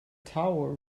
tower